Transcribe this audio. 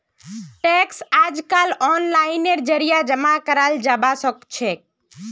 tax अइजकाल ओनलाइनेर जरिए जमा कराल जबा सखछेक